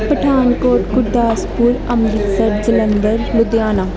Pathankot Gurdaspur Amritsar Jalandhar Ludhiana